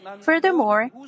Furthermore